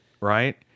right